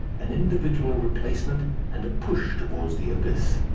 an individual replacement and a push towards the abyss.